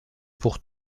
pour